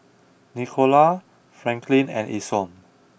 Nicola Franklyn and Isom